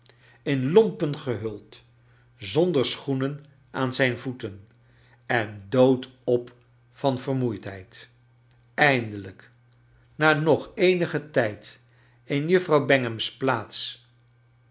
in lompen gehuld zonder schoenen aan zijn voeten en doodop van vermoeidheid eindelrjk na nog eenigen tijd in juffrouw bangham's plaats